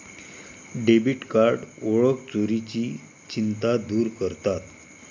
debit card ओळख चोरीची चिंता दूर करतात